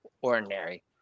Ordinary